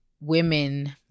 women